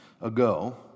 ago